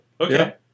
Okay